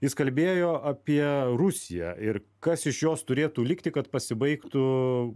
jis kalbėjo apie rusiją ir kas iš jos turėtų likti kad pasibaigtų